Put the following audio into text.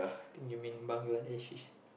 I thought you mean Bangladeshi